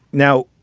now,